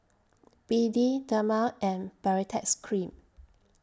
B D Dermale and Baritex Cream